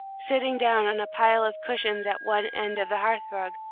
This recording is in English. sitting down on a pile of cushions at one end of the hearth-rug,